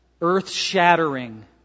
earth-shattering